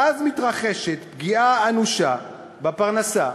ואז מתרחשת פגיעה אנושה בפרנסה